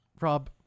Rob